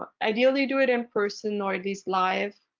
ideally, do it in person or at least live.